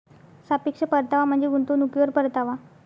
सापेक्ष परतावा म्हणजे गुंतवणुकीवर परतावा